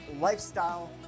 lifestyle